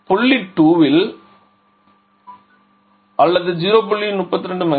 புள்ளி 2 இல் உள்ள அழுத்தம் 0